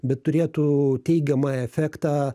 bet turėtų teigiamą efektą